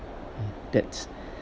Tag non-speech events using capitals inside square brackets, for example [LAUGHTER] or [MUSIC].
that's [BREATH]